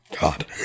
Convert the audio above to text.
god